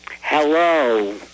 Hello